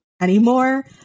anymore